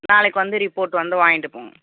நாளைக்கு வந்து ரிப்போர்ட் வந்து வாங்கிகிட்டு போங்கள்